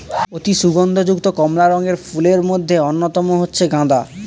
অতি সুগন্ধ যুক্ত কমলা রঙের ফুলের মধ্যে অন্যতম হচ্ছে গাঁদা